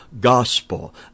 gospel